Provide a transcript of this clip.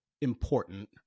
important